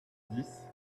dix